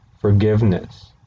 forgiveness